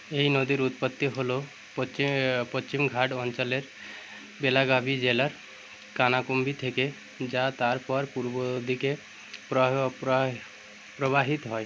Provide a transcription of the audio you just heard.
এই নদীর উৎপত্তি হলো পচ্চি পশ্চিমঘাট অঞ্চলের বেলাগাভি জেলার কানাকুম্বি থেকে যা তারপর পূর্ব দিকে প্রবাহ প্রয় প্রবাহিত হয়